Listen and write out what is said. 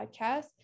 podcast